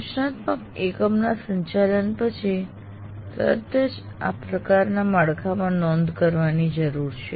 સૂચનાત્મક એકમના સંચાલન પછી તરત જ આ પ્રકારના માળખામાં નોંધ કરવાની જરૂર છે